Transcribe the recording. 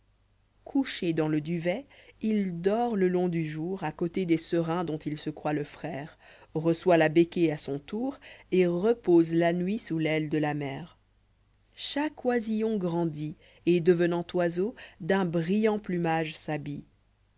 couché dans le duvet il dort le long du jour a côté des serins dont il se croit le frère reçoit la béqùée à son tour et repose la nuit sous l'aile de la mère chaque oisillon grandit et devenant oiseau d'un brillant plumage s'habille